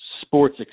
sports